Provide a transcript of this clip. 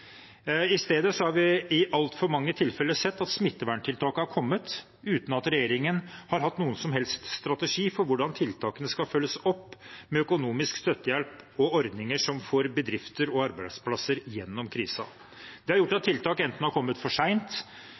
I stedet har vi i altfor mange tilfeller sett at smitteverntiltak har kommet uten at regjeringen har hatt noen som helst strategi for hvordan tiltakene skal følges opp med økonomisk støttehjelp og ordninger som får bedrifter og arbeidsplasser gjennom krisen. Det har gjort at tiltak enten har kommet for